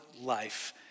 life